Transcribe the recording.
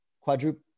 Quadruple